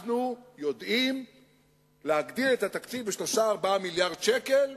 אנחנו יודעים להגדיל את התקציב ב-3 4 מיליארדי שקל,